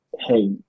hey